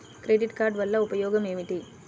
Credit card వల్ల ఉపయోగం ఏమిటీ?